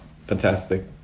fantastic